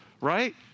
right